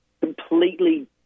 completely